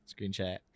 screenshot